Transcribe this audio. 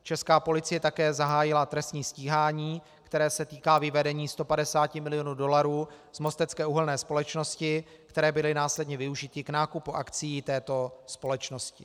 Česká policie také zahájila trestní stíhání, které se týká vyvedení 150 milionů dolarů z Mostecké uhelné společnosti, které byly následně využity k nákupu akcií této společnosti.